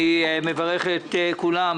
אני מברך את כולם,